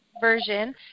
version